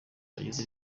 bagize